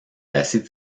assez